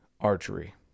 archery